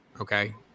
Okay